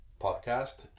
podcast